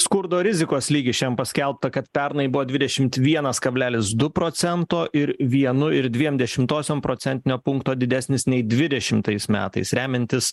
skurdo rizikos lygis šian paskelbta kad pernai buvo dvidešimt vienas kablelis du procento ir vienu ir dviem dešimtosiom procentinio punkto didesnis nei dvidešimtais metais remiantis